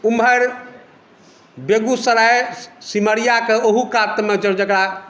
उमहर बेगूसराय सिमरिया कऽ ओहू कातमे जकरा